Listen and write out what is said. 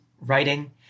writing